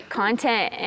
content